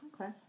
Okay